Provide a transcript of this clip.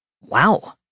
Wow